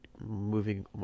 moving